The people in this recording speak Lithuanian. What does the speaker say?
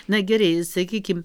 na gerai sakykim